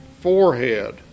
forehead